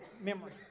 memory